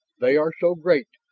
they are so great,